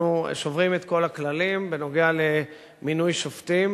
אנחנו שוברים את כל הכללים בנוגע למינוי שופטים.